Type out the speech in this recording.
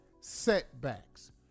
setbacks